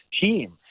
team